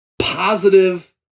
positive